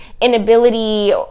inability